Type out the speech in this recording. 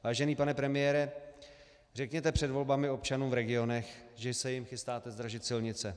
Vážený pane premiére, řekněte před volbami občanům v regionech, že se jim chystáte zdražit silnice.